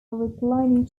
reclining